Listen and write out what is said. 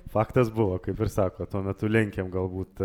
faktas buvo kaip ir sako tuo metu lenkėm galbūt